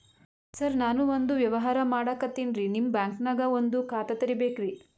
ಸರ ನಾನು ಒಂದು ವ್ಯವಹಾರ ಮಾಡಕತಿನ್ರಿ, ನಿಮ್ ಬ್ಯಾಂಕನಗ ಒಂದು ಖಾತ ತೆರಿಬೇಕ್ರಿ?